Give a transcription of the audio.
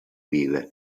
vive